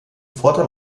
fortan